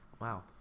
Wow